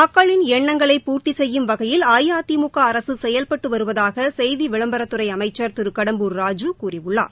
மக்களின் எண்ணங்களை பூர்த்தி செய்யும் வகையில் அஇஅதிமுக அரசு செயல்பட்டு வருவதாக செய்தி விளம்பரத்துறை அமைச்சர் திரு கடம்பூர் ராஜூ கூறியுள்ளார்